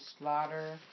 slaughter